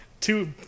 two